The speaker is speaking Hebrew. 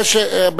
לא.